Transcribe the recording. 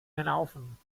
gelaufen